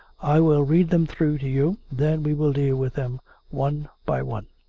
i will read them through to you. then we will deal with them one by one.